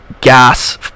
gas